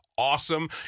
Awesome